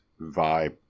vibe